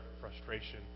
frustration